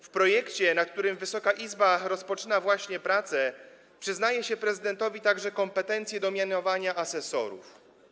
W projekcie, nad którym Wysoka Izba rozpoczyna właśnie prace, przyznaje się prezydentowi także kompetencje do mianowania asesorów.